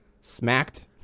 smacked